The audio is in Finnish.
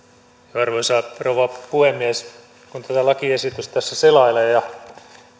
arvoisa rouva puhemies kun tätä lakiesitystä tässä selailee ja